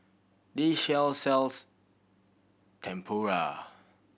this shop sells Tempura